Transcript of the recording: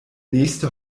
nächste